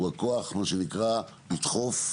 הוא הכוח מה שנקרא לדחוף,